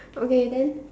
okay then